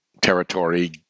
territory